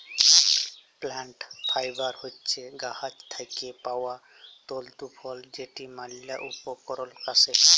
plant fibre হছে গাহাচ থ্যাইকে পাউয়া তল্তু ফল যেটর ম্যালা উপকরল আসে